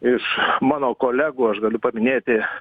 iš mano kolegų aš galiu paminėti